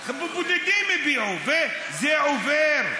בודדים הביעו, וזה עובר.